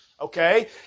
Okay